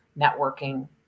networking